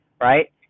right